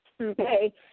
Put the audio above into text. Okay